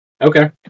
okay